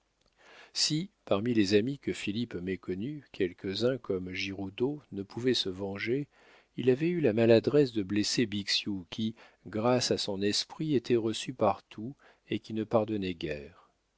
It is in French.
si parmi les amis que philippe méconnut quelques-uns comme giroudeau ne pouvaient se venger il avait eu la maladresse de blesser bixiou qui grâce à son esprit était reçu partout et qui ne pardonnait guère